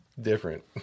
different